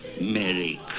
Merry